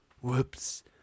whoops